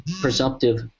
presumptive